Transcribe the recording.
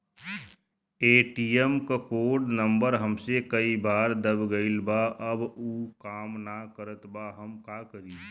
ATM क code number हमसे कई बार दब गईल बा अब उ काम ना करत बा हम का करी?